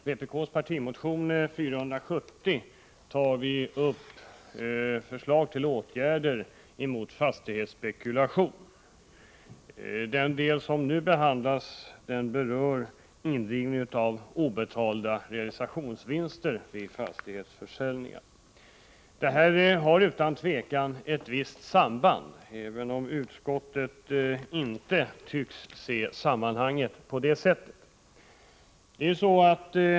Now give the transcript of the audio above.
Herr talman! I vpk:s partimotion 470 föreslås åtgärder mot fastighetsspekulationen. Den del av motionen som nu behandlas gäller frågan om indrivningen av obetalda skatter på realisationsvinster vid fastighetsförsäljningar. Dessa båda saker har utan tvivel ett visst samband, även om utskottet inte tycks se det så.